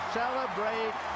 celebrate